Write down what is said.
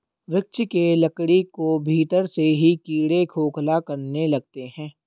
वृक्ष के लकड़ी को भीतर से ही कीड़े खोखला करने लगते हैं